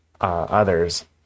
others